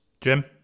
Jim